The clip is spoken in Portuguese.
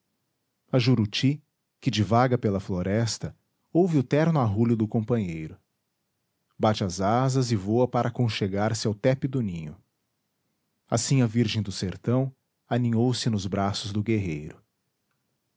a juruti que divaga pela floresta ouve o terno arrulho do companheiro bate as asas e voa para conchegar se ao tépido ninho assim a virgem do sertão aninhou se nos braços do guerreiro